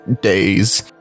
days